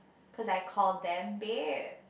cause I call them bear